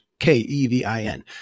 K-E-V-I-N